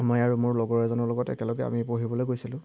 মই আৰু মোৰ লগৰ এজনৰ লগত একেলগে আমি পঢ়িবলৈ গৈছিলোঁ